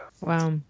Wow